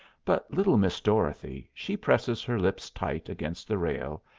but little miss dorothy she presses her lips tight against the rail,